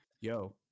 Yo